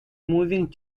moving